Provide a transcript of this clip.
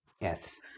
yes